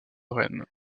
rennes